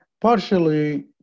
Partially